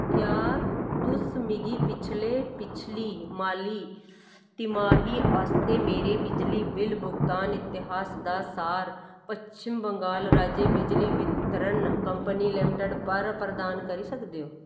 क्या तुस मिगी पिछले पिछली माली तिमाही आस्तै मेरे बिजली बिल भुगतान इतिहास दा सार पच्छम बंगाल राज्य बिजली वितरण कंपनी लिमिटड पर प्रदान करी सकदे ओ